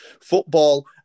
Football